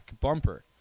bumper